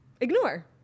ignore